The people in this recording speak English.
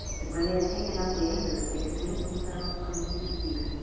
and when they had taken up the anchors, they committed themselves unto the sea,